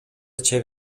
чек